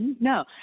No